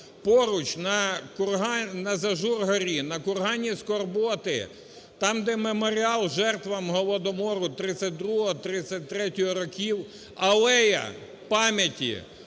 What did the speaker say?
Поруч на Зажур-горі, на Кургані скорботи, там, де Меморіал жертвам Голодомору 1932-1933 років, Алея пам'яті